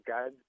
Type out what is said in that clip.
God